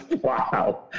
Wow